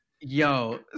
Yo